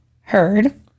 heard